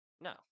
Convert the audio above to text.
No